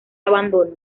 abandono